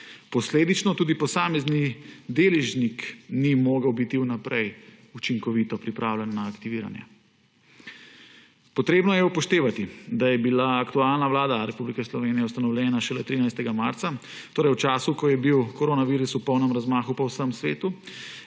Posledično tudi posamezni deležnik ni mogel biti vnaprej učinkovito pripravljen na aktiviranje. Treba je upoštevati, da je bila aktualna vlada Republike Slovenije ustanovljena šele 13. marca, torej v času, ko je bil koronavirus v polnem razmahu po vsem svetu